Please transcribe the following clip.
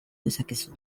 dezakezu